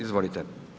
Izvolite.